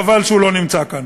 חבל שהוא לא נמצא כאן.